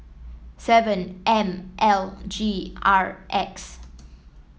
seven M L G R X